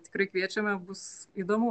tikrai kviečiame bus įdomu